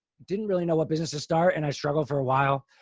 didn't really know what business to start. and i struggled for awhile,